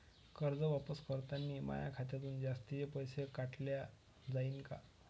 कर्ज वापस करतांनी माया खात्यातून जास्तीचे पैसे काटल्या जाईन का?